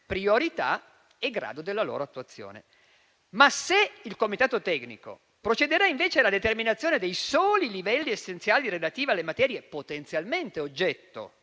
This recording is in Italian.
priorità e grado della loro attuazione. Ma se il comitato tecnico procederà invece alla determinazione dei soli livelli essenziali relativi alle materie potenzialmente oggetto